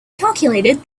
calculated